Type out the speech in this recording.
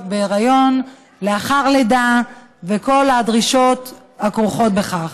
בהיריון ולאחר לידה וכל הדרישות הכרוכות בכך.